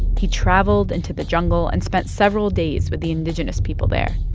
he traveled into the jungle and spent several days with the indigenous people there.